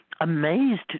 amazed